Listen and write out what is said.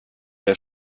der